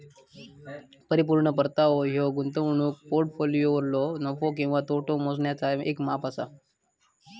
परिपूर्ण परतावो ह्यो गुंतवणूक पोर्टफोलिओवरलो नफो किंवा तोटो मोजण्याचा येक माप असा